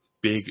big